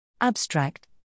Abstract